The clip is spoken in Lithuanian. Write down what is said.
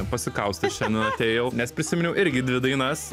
pasikaustęs šiandien atėjau nes prisiminiau irgi dvi dainas